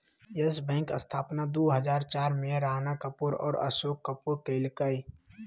yes Bank स्थापना दू हजार चार में राणा कपूर और अशोक कपूर कइलकय